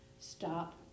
Stop